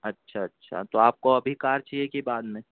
اچھا اچھا تو آپ کو ابھی کار چاہیے کہ بعد میں